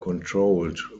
controlled